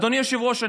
אדוני היושב-ראש,